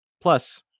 Plus